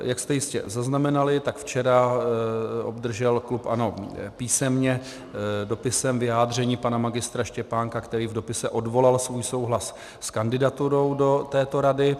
Jak jste jistě zaznamenali, včera obdržel klub ANO písemně dopisem vyjádření pana Mgr. Štěpánka, který v dopisu odvolal svůj souhlas s kandidaturou do této rady.